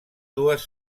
dues